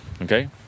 okay